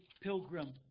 pilgrim